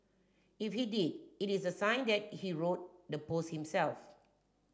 if he did it is a sign that he wrote the post himself